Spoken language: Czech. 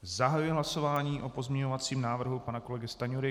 Zahajuji hlasování o pozměňovacím návrhu pana kolegy Stanjury.